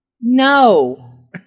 no